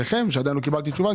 אליכם שעדיין לא קיבלתי תשובה.